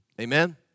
Amen